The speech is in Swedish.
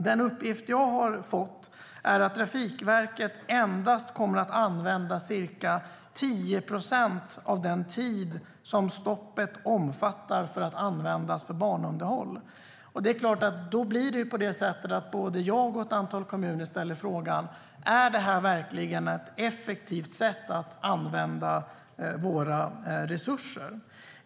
Den uppgift jag har fått är att Trafikverket endast kommer att använda ca 10 procent av den tid som stoppet omfattar för banunderhåll. Det är klart att både jag och ett antal kommuner då ställer frågan: Är detta verkligen ett effektivt sätt att använda våra resurser?